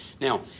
Now